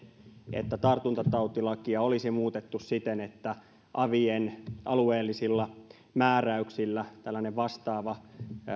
että tartuntatautilakia olisi muutettu siten että avien alueellisilla määräyk sillä tällainen vastaava